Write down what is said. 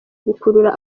gukurura